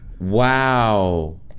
Wow